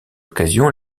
occasion